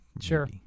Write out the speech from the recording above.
sure